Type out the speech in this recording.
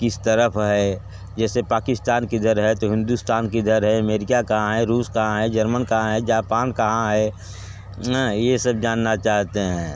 किस तरफ़ है जैसे पाकिस्तान किधर है तो हिंदुस्तान किधर है अमेरिका कहाँ है रुस कहाँ है जर्मन कहाँ है जापान कहाँ है ये सब जानना चाहते हैं